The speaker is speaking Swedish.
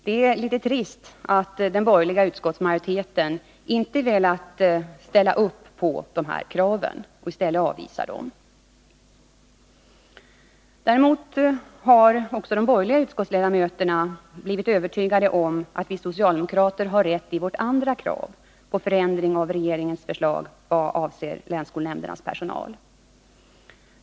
Det är litet trist att den borgerliga utskottsmajoriteten inte velat ställa upp på dessa krav utan i stället avvisar dem. Däremot har också de borgerliga utskottsledamöterna blivit övertygade om att vi socialdemokrater har rätt i vårt andra krav på förändring av regeringens förslag vad avser länskolnämndernas personal.